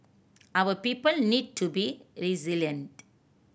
our people need to be resilient